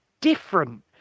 different